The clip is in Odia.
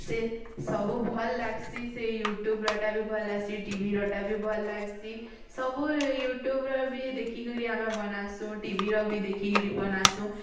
ସେ ସବୁ ଭଲ୍ ଲାଗ୍ସି ସେ ୟୁଟୁବ୍ରଟା ଭଲ୍ ଆସ୍ଛି ଟିଭିଟାର ବି ଭଲ୍ ଆସ୍ଚି ସବୁ ୟୁଟୁବ୍ର ବି ଦେଖିକରି ଆମେ ବନାସୁଁ ଟିଭିର ବି ଦେଖିକିରି ବନାସୁଁ